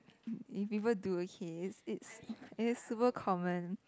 if people do okay it's it is super common